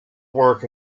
work